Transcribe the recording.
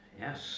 Yes